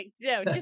No